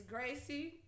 Gracie